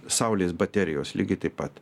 saulės baterijos lygiai taip pat